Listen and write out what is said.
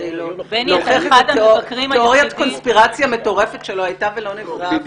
להוכיח תיאוריית קונספירציה מטורפת שלא הייתה ולא נבראה.